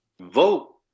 vote